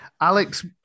Alex